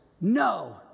no